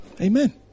Amen